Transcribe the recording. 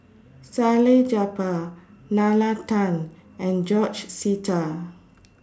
Salleh Japar Nalla Tan and George Sita